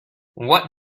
what